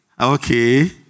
Okay